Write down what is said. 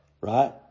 right